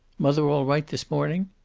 mother all right this morning?